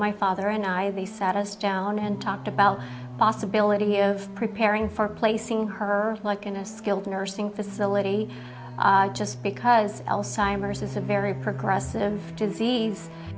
my father and i they sat us down and talked about possibility of preparing for placing her like in a skilled nursing facility just because l simers is a very progressive disease